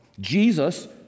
Jesus